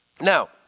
Now